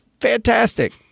fantastic